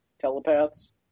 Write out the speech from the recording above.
telepaths